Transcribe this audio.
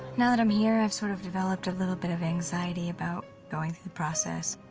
now that i'm here, i've sort of developed a little bit of anxiety about going through the process.